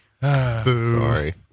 Sorry